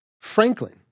Franklin